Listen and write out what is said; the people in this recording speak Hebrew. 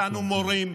חינכו אותנו מורים,